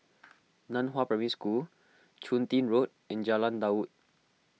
Nan Hua Primary School Chun Tin Road and Jalan Daud